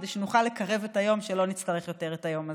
כדי שנוכל לקרב את היום שלא נצטרך יותר את היום הזה.